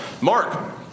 Mark